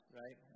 right